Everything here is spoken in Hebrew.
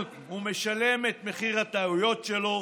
הוא משלם את מחיר הטעויות שלו,